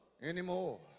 anymore